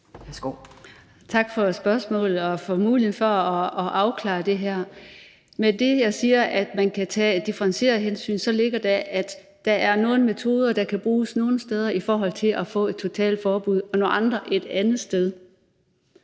Tak for spørgsmålet og for muligheden for at afklare det her. Når jeg siger, at man kan tage differentierede hensyn, så ligger der det i det, at der er nogle metoder, der kan bruges nogle steder i forhold til at få et totalforbud, og andre metoder, der